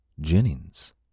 Jennings